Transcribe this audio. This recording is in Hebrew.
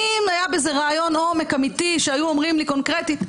אם היה בזה רעיון עומק אמיתי שהיו אומרים לי קונקרטית.